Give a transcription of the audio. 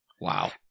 Wow